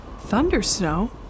Thundersnow